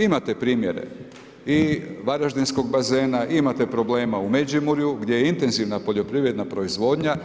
Imate primjere i varaždinskog bazena, imate problema u Međimurju, gdje intenzivna poljoprivredna proizvodnja